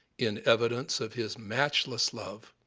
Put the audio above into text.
in evidence of his matchless love,